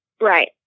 Right